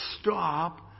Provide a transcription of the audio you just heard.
stop